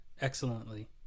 excellently